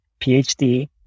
PhD